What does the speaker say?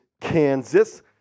Kansas